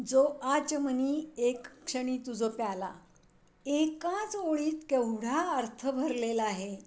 जो आचमनी एक क्षणी तुज प्याला एकाच ओळीत केवढा अर्थ भरलेला आहे